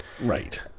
Right